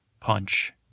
Punch